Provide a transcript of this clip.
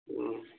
ꯎꯝ